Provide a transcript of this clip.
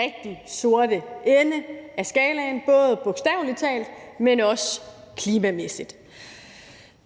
rigtig sorte ende af skalaen både bogstavelig talt, men også klimamæssigt.